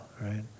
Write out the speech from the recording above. right